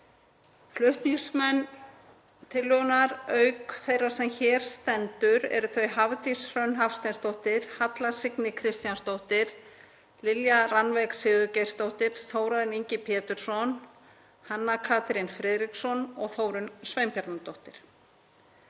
Flutningsmenn tillögunnar, auk þeirrar sem hér stendur, eru þau Hafdís Hrönn Hafsteinsdóttir, Halla Signý Kristjánsdóttir, Lilja Rannveig Sigurgeirsdóttir, Þórarinn Ingi Pétursson, Hanna Katrín Friðriksson og Þórunn Sveinbjarnardóttir.